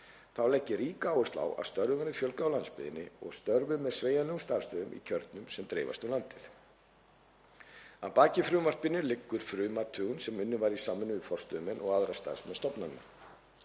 Þá legg ég ríka áherslu á að störfum verði fjölgað á landsbyggðinni og störfum með sveigjanlegum starfsstöðvum í kjörnum sem dreifast um landið. Að baki frumvarpinu liggur frumathugun sem unnin var í samvinnu við forstöðumenn og aðra starfmenn stofnana.